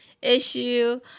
issue